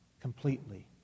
completely